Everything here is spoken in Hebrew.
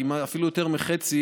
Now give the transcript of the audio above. אפילו יותר מחצי,